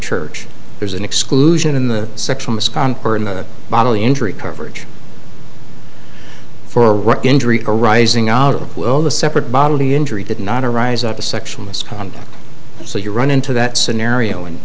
church there's an exclusion in the sexual misconduct or in a bodily injury coverage for injury arising out of a separate bodily injury did not arise out of sexual misconduct so you run into that scenario in